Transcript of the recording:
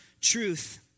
truth